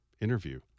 interview